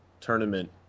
Tournament